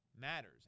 matters